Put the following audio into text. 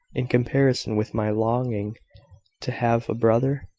in comparison with my longing to have a brother?